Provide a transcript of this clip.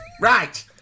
Right